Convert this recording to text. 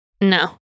No